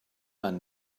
man